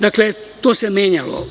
Dakle, to se menjalo.